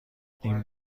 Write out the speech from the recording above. این